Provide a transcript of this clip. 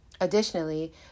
Additionally